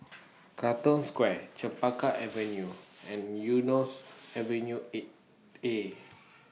Katong Square Chempaka Avenue and Eunos Avenue eight A